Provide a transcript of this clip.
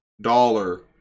dollar